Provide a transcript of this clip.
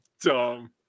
dumb